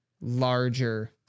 larger